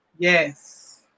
Yes